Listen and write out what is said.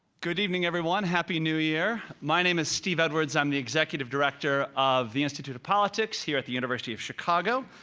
good evening, everyone. happy new year. my name is steve edwards. i'm the executive director of the institute of politics here at the university of chicago.